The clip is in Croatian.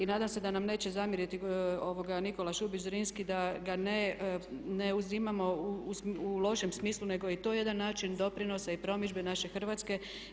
Nadam se da nam neće zamjeriti Nikola Šubić Zrinski da ga ne uzimamo u lošem smislu nego je i to jedan način doprinosa i promidžbe naše Hrvatske.